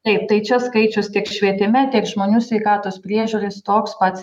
taip tai čia skaičius tiek švietime tiek žmonių sveikatos priežiūrai jis toks pats